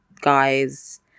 guys